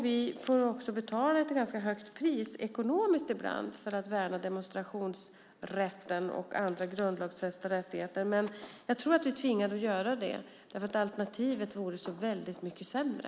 Vi får också betala ett ganska högt pris ekonomiskt ibland för att värna demonstrationsrätten och andra grundlagsfästa rättigheter. Men jag tror att vi är tvingade att göra det därför att alternativet vore så väldigt mycket sämre.